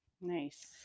Nice